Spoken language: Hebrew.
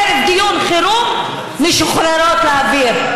בערב דיון חירום משוחררות לאוויר.